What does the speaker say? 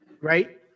right